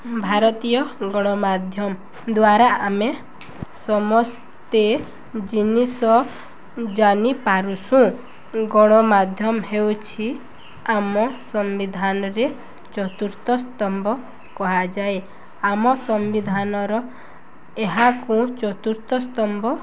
ଭାରତୀୟ ଗଣମାଧ୍ୟମ ଦ୍ୱାରା ଆମେ ସମସ୍ତେ ଜିନିଷ ଜାନିପାରୁସୁଁ ଗଣମାଧ୍ୟମ ହେଉଛି ଆମ ସମ୍ବିଧାନରେ ଚତୁର୍ଥ ସ୍ତମ୍ଭ କୁହାଯାଏ ଆମ ସମ୍ବିଧାନର ଏହାକୁ ଚତୁର୍ଥ ସ୍ତମ୍ଭ